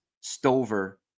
Stover